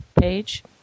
page